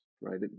right